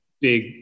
big